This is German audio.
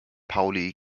pauli